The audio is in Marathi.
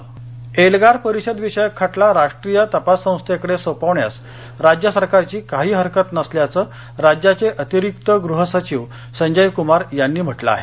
एल्गार परिषद एल्गार परिषदविषयक खटला राष्ट्रीय तपास संस्थेकडे सोपवण्यास राज्य सरकारची काही हरकत नसल्याचं राज्याचे अतिरिक्त गृह सचिव संजय कुमार यांनी म्हटलं आहे